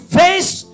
face